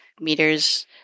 meters